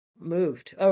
moved